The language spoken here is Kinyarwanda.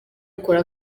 akora